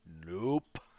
Nope